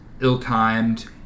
ill-timed